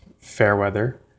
Fairweather